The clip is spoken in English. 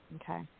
Okay